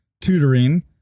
tutoring